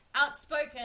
outspoken